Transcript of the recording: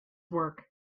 work